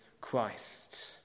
Christ